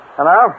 Hello